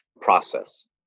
process